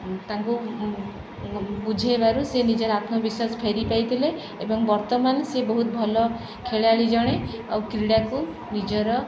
ତାଙ୍କୁ ବୁଝାଇବାରୁ ସେ ନିଜର ଆତ୍ମବିଶ୍ୱାସ ଫେରି ପାଇଥିଲେ ଏବଂ ବର୍ତ୍ତମାନ ସିଏ ବହୁତ ଭଲ ଖେଳାଳି ଜଣେ ଆଉ କ୍ରୀଡ଼ାକୁ ନିଜର